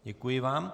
Děkuji vám.